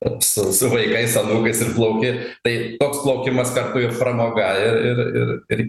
su su vaikais anūkais ir plauki tai toks plaukimas kartu ir pramoga ir ir ir